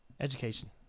Education